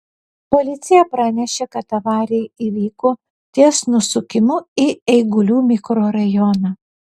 policija pranešė kad avarija įvyko ties nusukimu į eigulių mikrorajoną